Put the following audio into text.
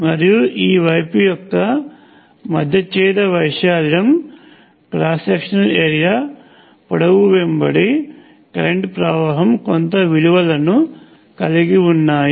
మరియు ఈ వైపు యొక్క మధ్యచ్ఛేద వైశాల్యం పొడవు వెంబడి కరెంట్ ప్రవాహం కొంత విలువలను కలిగి ఉన్నాయి